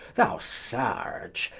thou surge,